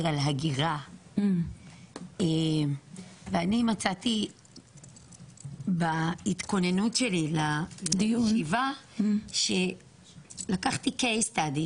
על הגירה ואני מצאתי בהתכוננות שלי לישיבה שלקחתי 'קייס סטדי',